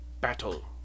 battle